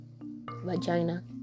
vagina